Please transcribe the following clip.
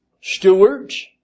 stewards